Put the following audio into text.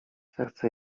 serce